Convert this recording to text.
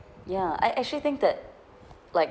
ya I actually think that like